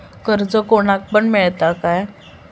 कर्ज कोणाक पण मेलता काय?